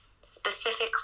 specifically